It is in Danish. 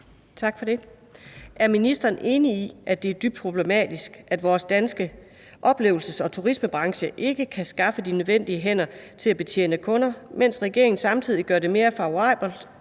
(V): Er ministeren enig i, at det er dybt problematisk, at vores danske oplevelses- og turismebranche ikke kan skaffe de nødvendige hænder til at betjene kunder, mens regeringen samtidig gør det mere favorabelt